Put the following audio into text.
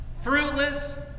Fruitless